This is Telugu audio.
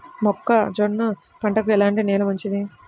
మొక్క జొన్న పంటకు ఎలాంటి నేల మంచిది?